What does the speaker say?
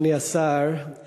אדוני השר,